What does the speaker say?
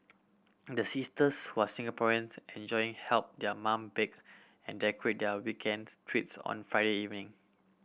the sisters who are Singaporeans enjoying help their mum bake and decorate their weekends treats on Friday evening